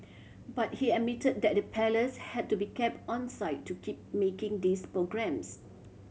but he admitted that the Palace had to be kept onside to keep making these programmes